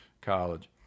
college